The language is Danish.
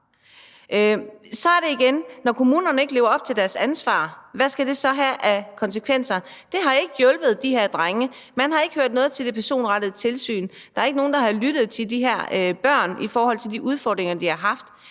Så er spørgsmålet igen, når kommunerne ikke lever op til deres ansvar, hvad det så skal have af konsekvenser. Det har ikke hjulpet de her drenge. Man har ikke hørt noget til det personrettede tilsyn. Der er ikke nogen, der har lyttet til de her børn i forhold til de udfordringer, de har haft.